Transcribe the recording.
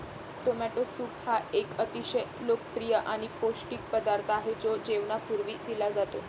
tomato soup हा एक अतिशय लोकप्रिय आणि पौष्टिक पदार्थ आहे जो जेवणापूर्वी दिला जातो